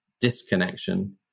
disconnection